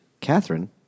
Catherine